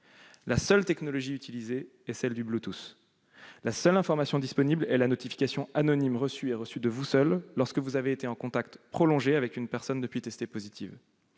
La seule technologie utilisée est le Bluetooth. La seule information disponible est la notification anonyme reçue, et reçue par vous seul, lorsque vous avez été en contact prolongé avec une personne testée positive